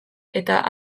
eta